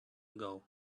ago